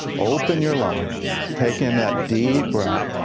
open your lungs, take in that deep breath,